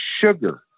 sugar